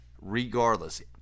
Regardless